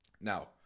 Now